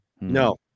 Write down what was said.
No